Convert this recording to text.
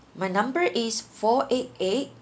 my number is four eight eight